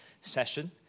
session